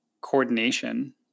coordination